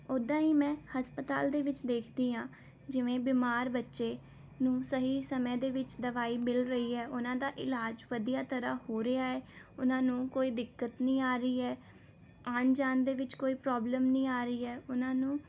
ਉੱਦਾਂ ਹੀ ਮੈਂ ਹਸਪਤਾਲ ਦੇ ਵਿੱਚ ਦੇਖਦੀ ਹਾਂ ਜਿਵੇਂ ਬਿਮਾਰ ਬੱਚੇ ਨੂੰ ਸਹੀ ਸਮੇਂ ਦੇ ਵਿੱਚ ਦਵਾਈ ਮਿਲ ਰਹੀ ਹੈ ਉਹਨਾਂ ਦਾ ਇਲਾਜ ਵਧੀਆ ਤਰ੍ਹਾਂ ਹੋ ਰਿਹਾ ਹੈ ਉਹਨਾਂ ਨੂੰ ਕੋਈ ਦਿੱਕਤ ਨਹੀਂ ਆ ਰਹੀ ਹੈ ਆਉਣ ਜਾਣ ਦੇ ਵਿੱਚ ਕੋਈ ਪ੍ਰੋਬਲਮ ਨਹੀਂ ਆ ਰਹੀ ਹੈ ਉਹਨਾਂ ਨੂੰ